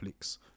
Netflix